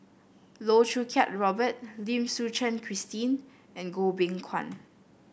Loh Choo Kiat Robert Lim Suchen Christine and Goh Beng Kwan